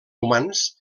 humans